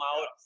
out